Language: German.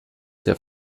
der